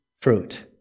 fruit